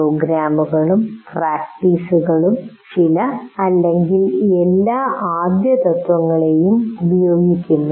പ്രോഗ്രാമുകളും പ്രാക്ടീസുകളും ചില അല്ലെങ്കിൽ എല്ലാ ആദ്യ തത്ത്വങ്ങളും ഉപയോഗിക്കുന്നു